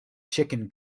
chicken